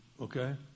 okay